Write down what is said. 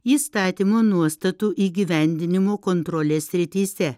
įstatymo nuostatų įgyvendinimo kontrolės srityse